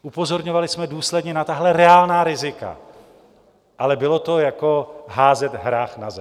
Upozorňovali jsme důsledně na tahle reálná rizika, ale bylo to jako házet hrách na zeď.